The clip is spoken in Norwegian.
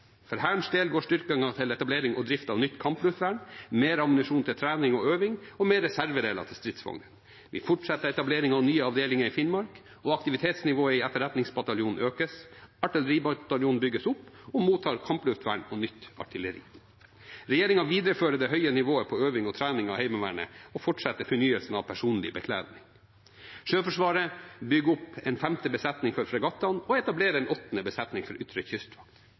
For Hærens del går styrkingen til etablering og drift av nytt kampluftvern, mer ammunisjon til trening og øving og mer reservedeler til stridsvognene. Vi fortsetter etablering av nye avdelinger i Finnmark. Aktivitetsnivået i etterretningsbataljonen økes, og artilleribataljonen bygges opp og mottar kampluftvern og nytt artilleri. Regjeringen viderefører det høye nivået på øving og trening av Heimevernet og fortsetter fornyelsen av personlig bekledning. Sjøforsvaret bygger opp en femte besetning for fregattene og etablerer en åttende besetning for ytre kystvakt.